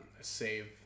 save